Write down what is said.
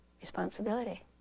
responsibility